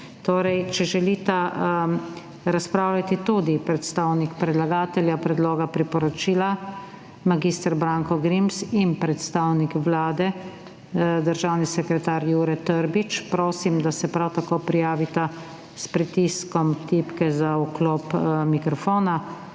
Torej, če želita razpravljati tudi predstavnik predlagatelja predloga priporočila mag. Branko Grims in predstavnik Vlade, državni sekretar Jure Trbič, prosim, da se prav tako prijavita s pritiskom tipke za vklop mikrofona;